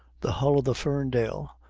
the hull of the ferndale,